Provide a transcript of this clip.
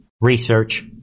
research